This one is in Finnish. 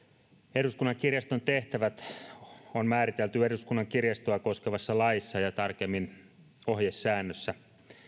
eduskunnan kirjaston tehtävät on määritelty eduskunnan kirjastoa koskevassa laissa ja tarkemmin ohjesäännössä